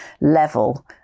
level